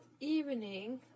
evening